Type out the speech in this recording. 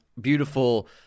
beautiful